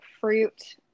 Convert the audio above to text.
fruit